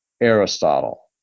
Aristotle